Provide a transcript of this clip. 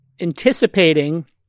anticipating